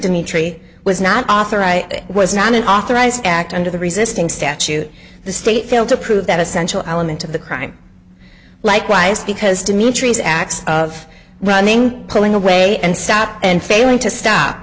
dimitri was not authorized was not an authorized act under the resisting statute the state failed to prove that essential element of the crime likewise because dimitris acts of running pulling away and stop and failing to stop